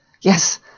Yes